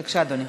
בבקשה, אדוני.